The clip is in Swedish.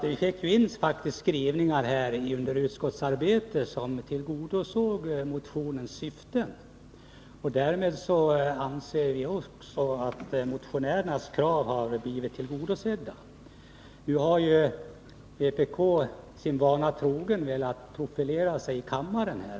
Vi hade faktiskt skrivningar under utskottsarbetet som tillgodosåg motionens syften, och därmed anser vi att motionärernas krav har blivit tillgodosedda. Nu har ju vpk sin vana trogen velat profilera sig i kammaren.